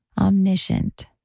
omniscient